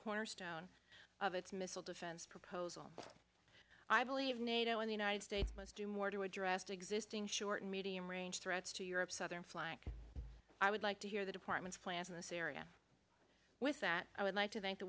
cornerstone of its missile defense proposal i believe nato and the united states must do more to address to existing short and medium range threats to europe southern flank i would like to hear the department's plans in this area with that i would like to thank the